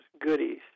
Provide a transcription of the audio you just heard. goodies